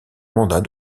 mandat